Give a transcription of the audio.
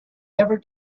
never